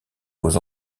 aux